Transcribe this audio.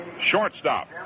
shortstop